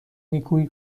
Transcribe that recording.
نیکویی